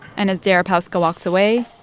and as deripaska walks away,